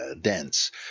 Dense